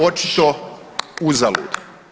Očito uzalud.